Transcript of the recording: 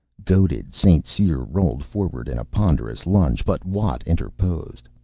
goaded, st. cyr rolled forward in a ponderous lunge, but watt interposed.